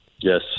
Yes